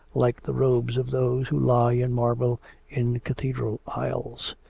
like the robes of those who lie in marble in cathedral aisles.